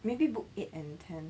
maybe book eight and ten